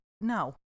no